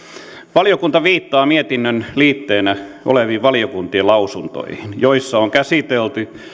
valiokunta viittaa mietinnön liitteenä oleviin valiokuntien lausuntoihin joissa on käsitelty